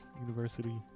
University